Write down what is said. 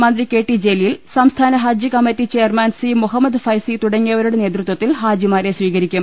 മന്ത്രി കെ ടി ജലീൽ സംസ്ഥാന ഹജ്ജ് കമ്മറ്റി ചെയർമാൻ സി മുഹമ്മദ് ഫൈസി തുടങ്ങിയവരുടെ നേതൃത്വത്തിൽ ഹാജിമാരെ സ്വീകരിക്കും